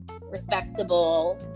respectable